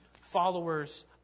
followers